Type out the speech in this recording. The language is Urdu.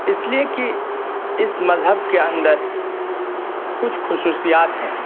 اس لیے کہ اس مذہب کے اندر کچھ خصوصیات ہیں